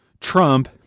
Trump